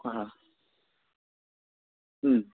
হ্যাঁ হুম